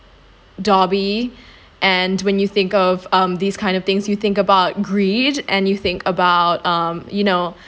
dobby and when you think of um these kind of things you think about greed and you think about um you know